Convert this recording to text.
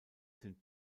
sind